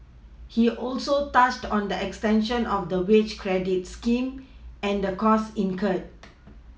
he also touched on the extension of the wage credit scheme and the costs incurred